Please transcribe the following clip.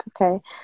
okay